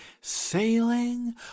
sailing